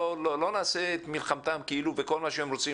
לא נעשה את מלחמתם כאילו כל מה שהם רוצים